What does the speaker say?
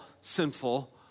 sinful